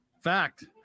fact